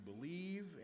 believe